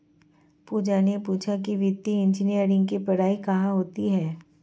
पूजा ने पूछा कि वित्तीय इंजीनियरिंग की पढ़ाई कहाँ होती है?